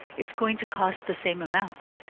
it's going to cost the same amount.